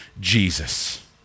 Jesus